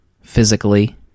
physically